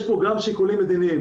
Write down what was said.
יש פה גם שיקולים מדיניים,